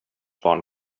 barn